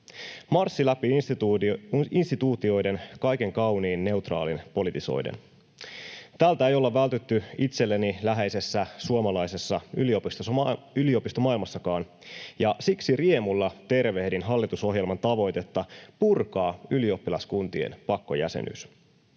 marssi läpi instituutioiden kaikki kaunis ja neutraali politisoiden. Tältä ei olla vältytty itselleni läheisessä suomalaisessa yliopistomaailmassakaan, ja siksi riemulla tervehdin hallitusohjelman tavoitetta purkaa ylioppilaskuntien pakkojäsenyys.